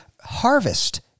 harvest